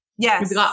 Yes